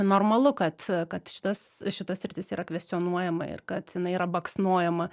normalu kad kad šitas šita sritis yra kvestionuojama ir kad jinai yra baksnojama